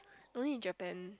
only in Japan